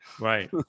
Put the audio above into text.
right